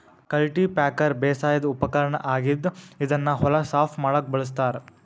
cultipacker ಬೇಸಾಯದ್ ಉಪಕರ್ಣ್ ಆಗಿದ್ದ್ ಇದನ್ನ್ ಹೊಲ ಸಾಫ್ ಮಾಡಕ್ಕ್ ಬಳಸ್ತಾರ್